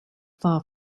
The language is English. far